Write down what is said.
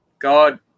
God